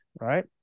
right